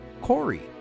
Corey